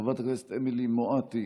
חברת הכנסת אמילי מואטי,